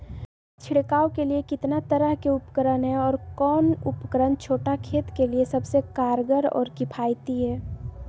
छिड़काव के लिए कितना तरह के उपकरण है और कौन उपकरण छोटा खेत के लिए सबसे कारगर और किफायती है?